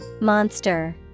Monster